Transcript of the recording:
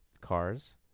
Cars